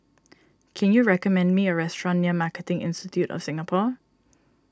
can you recommend me a restaurant near Marketing Institute of Singapore